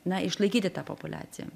na išlaikyti tą populiaciją